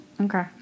Okay